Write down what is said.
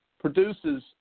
produces